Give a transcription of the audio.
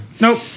nope